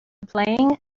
playing